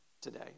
today